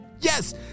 Yes